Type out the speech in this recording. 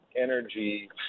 energy